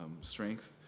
strength